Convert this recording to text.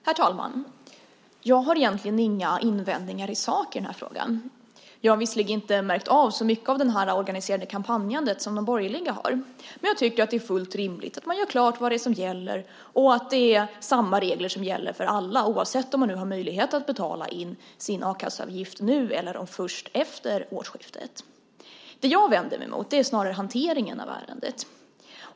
Herr talman! Jag har egentligen inga invändningar i sak i den här frågan. Jag har visserligen inte märkt så mycket av det här organiserade kampanjandet som de borgerliga har, men jag tycker att det är fullt rimligt att man gör klart vad som gäller och att samma regler gäller för alla, oavsett om man har möjlighet att betala in sin a-kasseavgift nu eller först efter årsskiftet. Det jag vänder mig emot är snarare hanteringen av ärendet.